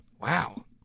Wow